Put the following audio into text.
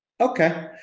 okay